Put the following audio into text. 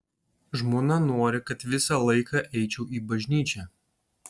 žmona nori kad visą laiką eičiau į bažnyčią